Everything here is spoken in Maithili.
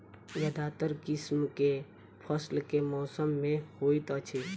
ज्यादातर किसिम केँ फसल केँ मौसम मे होइत अछि?